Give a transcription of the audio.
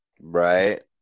Right